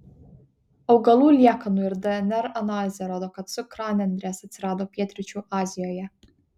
augalų liekanų ir dnr analizė rodo kad cukranendrės atsirado pietryčių azijoje